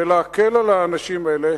ולהקל על האנשים האלה.